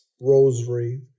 rosary